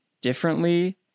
differently